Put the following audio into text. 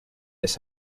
this